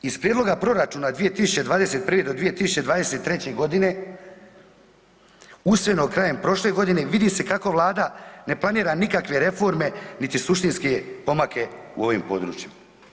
Iz prijedloga proračuna 2021. do 2023. godine usvojenog krajem prošle godine vidi se kako Vlada ne planira nikakve reforme niti suštinske pomake u ovim područjima.